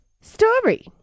story